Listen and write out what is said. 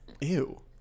Ew